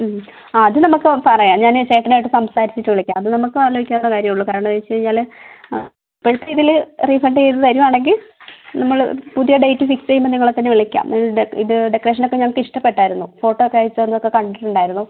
ഉം ആ അത് നമുക്ക് പറയാം ഞാനേ ചേട്ടനുമായിട്ട് സംസാരിച്ചിട്ട് വിളിക്കാം അത് നമുക്കും ആലോചിക്കാവുന്ന കാര്യമേ ഉള്ളൂ കാരണം വെച്ച് കഴിഞ്ഞാൽ ആ ഇപ്പോഴത്തെ ഇതിൽ റീഫണ്ട് ചെയ്ത് തരുവാണെങ്കിൽ നമ്മൾ പുതിയ ഡേറ്റ് ഫിക്സ് ചെയ്യുമ്പോൾ നിങ്ങളെ തന്നെ വിളിക്കാം ഇത് ഡെക്കറേഷൻ ഒക്കെ ഞങ്ങൾക്ക് ഇഷ്ടപെട്ടിരുന്നു ഫോട്ടൊ ഒക്കെ അയച്ച് തന്നൊക്കെ കണ്ടിട്ടുണ്ടായിരുന്നു